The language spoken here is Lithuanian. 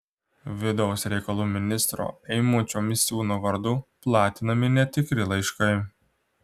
vidaus reikalų ministro eimučio misiūno vardu platinami netikri laiškai